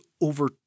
over